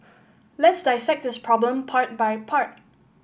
let's dissect this problem part by part